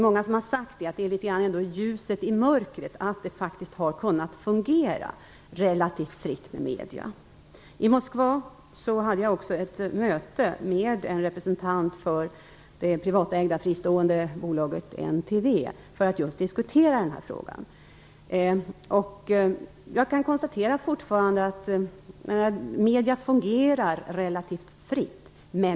Många har sagt att det är något av ett ljus i mörkret att medier i alla fall har kunnat fungera relativt fritt. I Moskva hade jag också ett möte med en representant för det privata, fristående bolaget NTV för att just diskutera den här frågan. Jag kan konstatera att medier fortfarande fungerar relativt fritt.